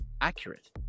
accurate